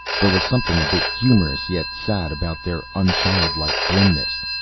there was something a bit humorous, yet sad, about their unchildlike grimness.